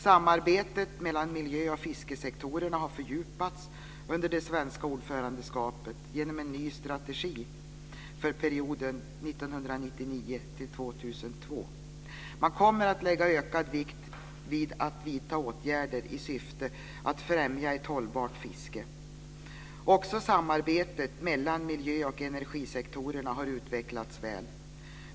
Samarbetet mellan miljö och fiskesektorerna har fördjupats under det svenska ordförandeskapet genom en ny strategi för perioden 1999-2002. Man kommer att lägga ökad vikt vid att vidta åtgärder i syfte att främja ett hållbart fiske. Också samarbetet mellan miljö och energisektorerna har utvecklats väl.